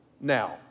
now